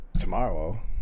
Tomorrow